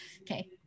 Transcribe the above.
okay